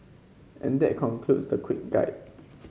and that concludes the quick guide